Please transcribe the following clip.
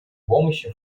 помощи